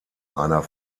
einer